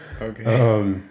Okay